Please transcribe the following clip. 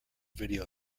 video